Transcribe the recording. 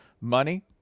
money